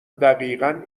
دقیقن